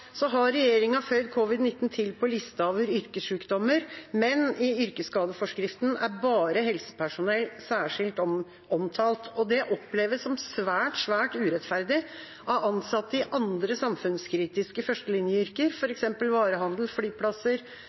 Så har regjeringa føyd til covid-19 på lista over yrkessykdommer, men i yrkesskadeforskriften er bare helsepersonell særskilt omtalt. Det oppleves som svært, svært urettferdig av ansatte i andre samfunnskritiske førstelinjeyrker, f.eks. varehandel, flyplasser,